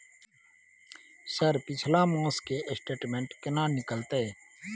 Sir पिछला मास के स्टेटमेंट केना निकलते?